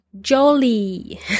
jolly